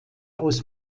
aus